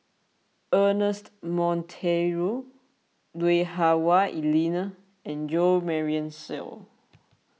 Ernest Monteiro Lui Hah Wah Elena and Jo Marion Seow